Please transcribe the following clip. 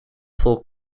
volk